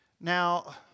now